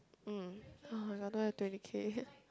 mm [oh]-my-god I don't have twenty K